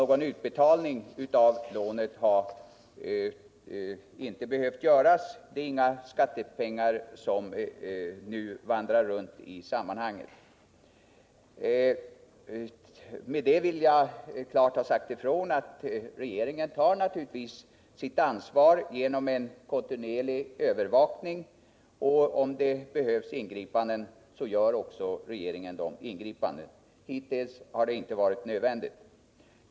Någon utbetalning av lånet har inte behövt göras. Inga skattepengar är alltså i omlopp i detta sammanhang. Med detta vill jag klart uttala att regeringen naturligtvis tar sitt ansvar och bedriver en kontinuerlig övervakning samt att regeringen, om det behövs ingripanden, också gör sådana. Hittills har det dock inte varit nödvändigt.